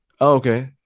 okay